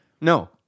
No